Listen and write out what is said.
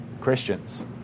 Christians